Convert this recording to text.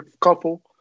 couple